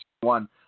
one